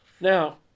Now